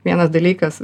vienas dalykas